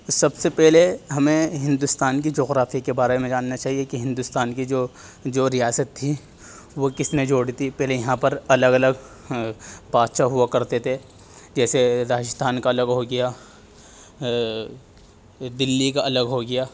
سب سے پہلے ہمیں ہندوستان کی جغرافیہ کے بارے میں جاننا چاہیے کہ ہندوستان کی جو جو ریاست تھی وہ کس نے جوڑی تھی پہلے یہاں پر الگ الگ بادشاہ ہوا کرتے تھے جیسے راجستھان کا الگ ہو گیا دہلی کا الگ ہو گیا